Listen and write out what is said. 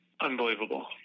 Unbelievable